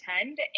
attend